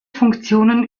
funktionen